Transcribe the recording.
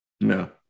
No